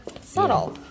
Subtle